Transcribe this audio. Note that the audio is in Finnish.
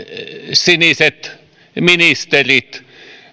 siniset ministerit